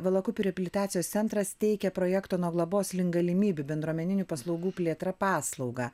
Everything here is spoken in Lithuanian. valakupių reabilitacijos centras teikia projekto nuo globos link galimybių bendruomeninių paslaugų plėtra paslaugą